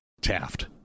Taft